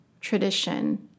tradition